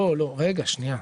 לא, רגע, שנייה.